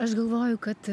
aš galvoju kad